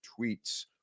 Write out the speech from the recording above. tweets